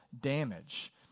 damage